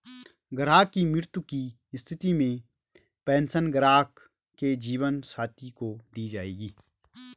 ग्राहक की मृत्यु की स्थिति में पेंशन ग्राहक के जीवन साथी को दी जायेगी